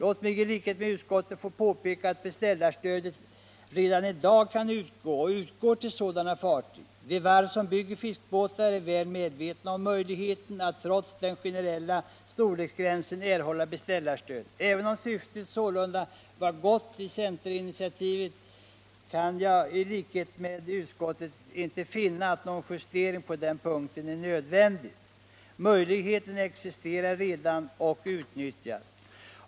Låt mig i likhet med utskottet få påpeka att beställarstödet redan i dag kan utgå och utgår till sådana fartyg. De varv som bygger fiskebåtar är väl medvetna om möjligheten att trots den generella storleksgränsen erhålla beställarstöd. Även om syftet sålunda var gott i centerinitiativet kan jag inte — vilket inte heller utskottsmajoriteten i övrigt kan — finna att någon justering på den här punkten är nödvändig. Möjligheten existerar ju redan och utnyttjas.